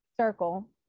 Circle